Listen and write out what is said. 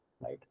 right